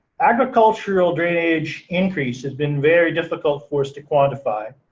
agricultural drainage increase has been very difficult for us to quantify.